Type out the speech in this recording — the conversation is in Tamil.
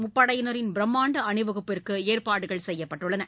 முப்படையினரின் பிரமாண்டமான அணிவகுப்பிற்கு ஏற்பாடுகள் செய்யப்பட்டுள்ளன